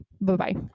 Bye-bye